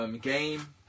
Game